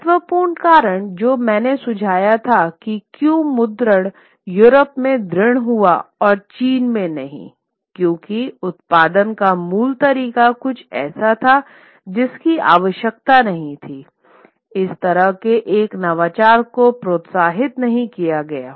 महत्वपूर्ण कारण जो मैंने सुझाया था कि क्यों मुद्रण यूरोप में दृढ़ हुआ और चीन में नहीं क्योंकि उत्पादन का मूल तरीका कुछ ऐसा था जिसकी आवश्यकता नहीं थी इस तरह के एक नवाचार को प्रोत्साहित नहीं किया गया